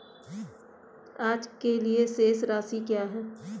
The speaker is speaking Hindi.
आज के लिए शेष राशि क्या है?